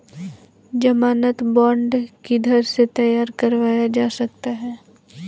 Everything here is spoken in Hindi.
ज़मानत बॉन्ड किधर से तैयार करवाया जा सकता है?